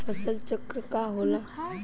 फसल चक्र का होला?